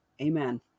amen